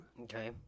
Okay